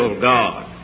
God